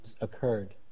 occurred